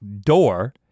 door